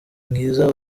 mwiza